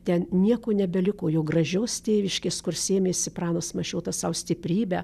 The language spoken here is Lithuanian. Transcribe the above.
ten nieko nebeliko jo gražios tėviškės sėmėsi pranas mašiotas sau stiprybę